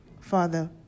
Father